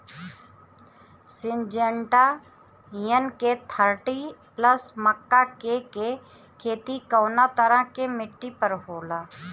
Syngenta NK thirty plus मक्का के के खेती कवना तरह के मिट्टी पर होला?